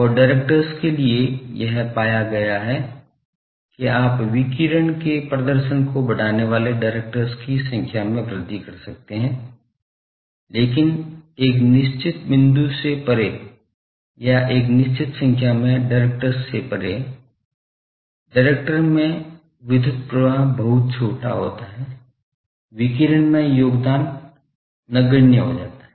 और डायरेक्टर्स के लिए यह पाया गया है कि आप विकिरण के प्रदर्शन को बढ़ाने वाले डायरेक्टर्स की संख्या में वृद्धि कर सकते हैं लेकिन एक निश्चित बिंदु से परे या एक निश्चित संख्या में डायरेक्टर्स से परे डायरेक्टर् में विद्युत प्रवाह बहुत छोटा होता है विकिरण में योगदान नगण्य हो जाता है